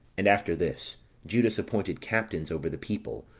and after this, judas appointed captains over the people,